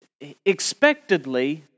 expectedly